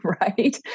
right